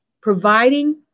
providing